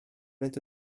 into